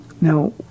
Now